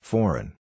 Foreign